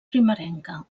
primerenca